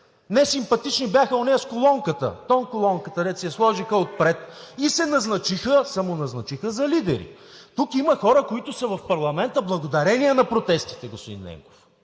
Несимпатични бяха онези с тонколоната, където си я сложиха отпред и се самоназначиха за лидери. Тук има хора, които са в парламента благодарение на протестите, господин Ненков,